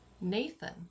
Nathan